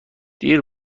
دیر